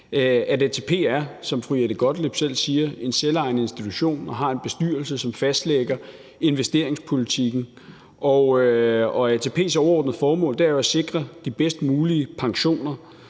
at ATP er, som fru Jette Gottlieb selv siger, en selvejende institution og har en bestyrelse, som fastlægger investeringspolitikken. ATP's overordnede formål er at sikre de bedst mulige pensioner,